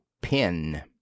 pin